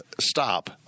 stop